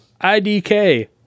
idk